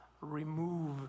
remove